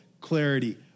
clarity